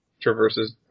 traverses